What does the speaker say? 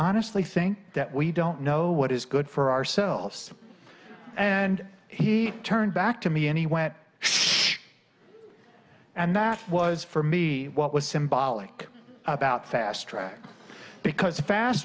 honestly think that we don't know what is good for ourselves and he turned back to me anyway it should and that was for me what was symbolic about fast track because fast